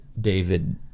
David